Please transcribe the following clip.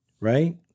Right